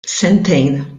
sentejn